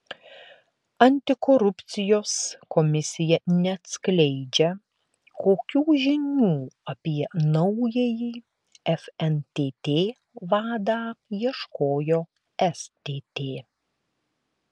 antikorupcijos komisija neatskleidžia kokių žinių apie naująjį fntt vadą ieškojo stt